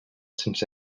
sense